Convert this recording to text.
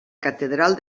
catedral